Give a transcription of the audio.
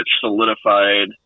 solidified